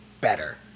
better